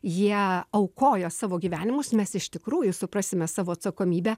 jie aukojo savo gyvenimus mes iš tikrųjų suprasime savo atsakomybę